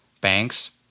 banks